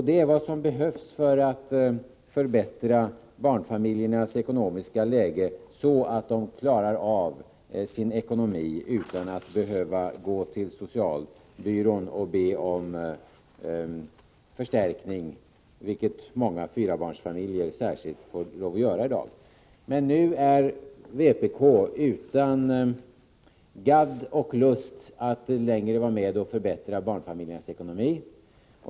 Det är vad som behövs för att förbättra barnfamiljernas ekonomiska läge, så att de klarar av sin ekonomi utan att behöva gå till socialbyrån och be om förstärkning, vilket särskilt många fyrabarnsfamiljer får lov att göra i dag. Men nu är vpk utan gadd och lust att längre vara med och förbättra barnfamiljernas ekonomi.